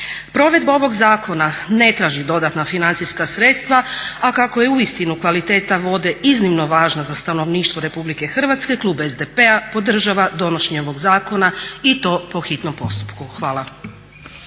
Provedba ovog zakona ne traži dodatna financijska sredstva, a kako je uistinu kvaliteta vode iznimno važna za stanovništvo RH klub SDP-a podržava donošenje ovog zakona o to po hitnom postupku. Hvala.